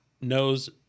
knows